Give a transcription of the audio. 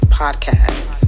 podcast